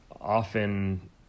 often